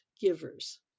givers